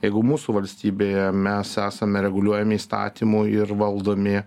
jeigu mūsų valstybėje mes esame reguliuojami įstatymų ir valdomi